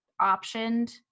optioned